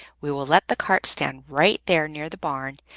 we will let the cart stand right there near the barn,